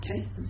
okay